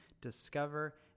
discover